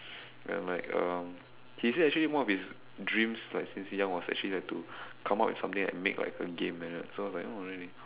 and like um he said actually one of his dreams like since young was actually to come up with something like make like a game like that so I was like oh really